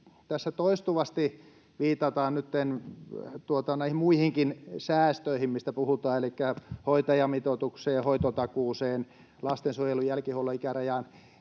tässä nyt toistuvasti viitataan näihin muihinkin säästöihin, mistä puhutaan, elikkä hoitajamitoitukseen, hoitotakuuseen ja lastensuojelun jälkihuollon ikärajaan.